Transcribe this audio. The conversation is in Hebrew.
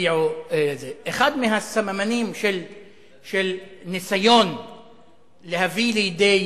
הגיעו אחד הסממנים של ניסיון להביא לידי